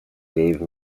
dave